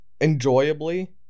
enjoyably